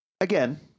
again